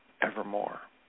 evermore